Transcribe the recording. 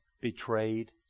betrayed